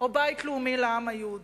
או המלים "בית לאומי לעם היהודי"?